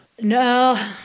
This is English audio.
no